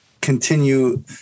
continue